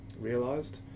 realised